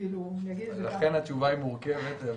לכן התשובה היא מורכבת.